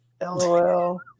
LOL